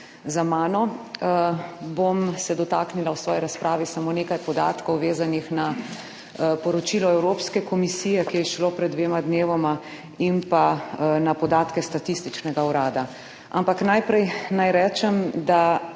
za mano. Bom se dotaknila v svoji razpravi samo nekaj podatkov vezanih na poročilo Evropske komisije, ki je izšlo pred dvema dnevoma in pa na podatke Statističnega urada. Ampak najprej naj rečem, da